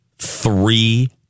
Three